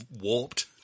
Warped